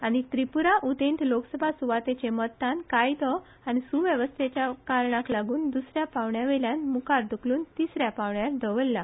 आनी त्रिपुरा उदेंत लोकसभा सुवातेचे मतदान कायदो आनी सुवेवस्थेच्या प्रस्नाकलागून दुसऱ्या पावंड्यावेल्यान मुखार धुकलून तिसऱ्या पावंड्यार दवल्ला